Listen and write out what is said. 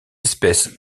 espèces